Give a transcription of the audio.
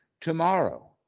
tomorrow